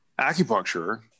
acupuncture